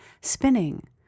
spinning